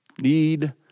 need